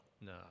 No